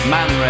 Man